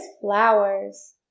flowers